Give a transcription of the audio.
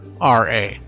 Ra